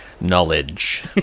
Knowledge